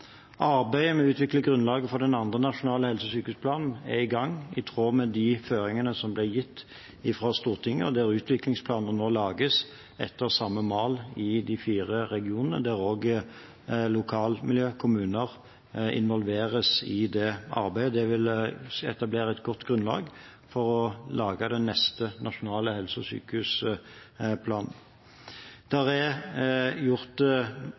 Arbeidet med å utvikle grunnlaget for den andre nasjonale helse- og sykehusplanen er i gang, i tråd med de føringene som ble gitt av Stortinget, der utviklingsplanene lages etter samme mal i de fire regionene, og der også lokalmiljø, kommuner, involveres i arbeidet. Det vil etablere et godt grunnlag for å lage den neste nasjonale helse- og sykehusplanen. Styrene er gjort